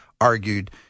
argued